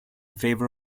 favor